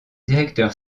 directeur